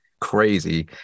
crazy